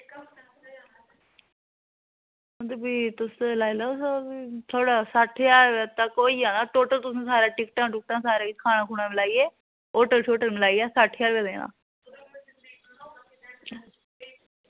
हां ते फ्ही तुस लाई लाओ स्हाब फ्ही थुआढ़ा सट्ठ ज्हार रपे तक होई जाना टोटल तुस सारा टिकटां टुकटां सारा किश खाना खुना मलाइयै होटल शोटल मलाइयै सट्ठ ज्हार रपेआ देना